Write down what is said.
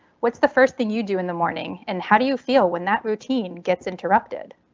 what's the first thing you do in the morning and how do you feel when that routine gets interrupted?